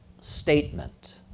statement